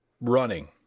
running